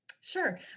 Sure